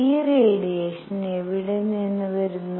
ഈ റേഡിയേഷൻ എവിടെ നിന്ന് വരുന്നു